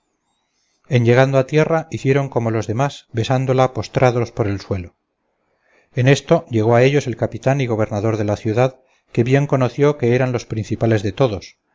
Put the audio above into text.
en llegando a tierra hicieron como los demás besándola postrados por el suelo en esto llegó a ellos el capitán y gobernador de la ciudad que bien conoció que eran los principales de todos